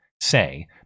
say